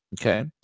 Okay